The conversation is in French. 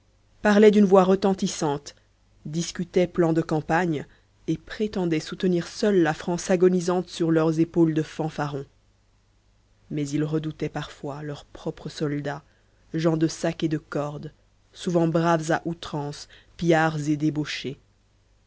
parlaient d'une voix retentissante discutaient plans de campagne et prétendaient soutenir seuls la france agonisante sur leurs épaules de fanfarons mais ils redoutaient parfois leurs propres soldats gens de sac et de corde souvent braves à outrance pillards et débauchés